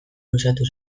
luzatu